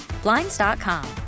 Blinds.com